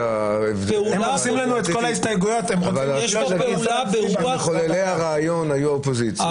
יש פה פעולה ברוח --- אבל מחוללי הרעיון היו האופוזיציה.